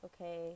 okay